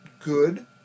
good